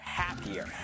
happier